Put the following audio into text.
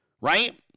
right